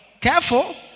careful